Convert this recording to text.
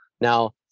Now